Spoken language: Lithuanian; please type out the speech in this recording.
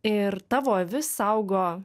ir tavo avis saugo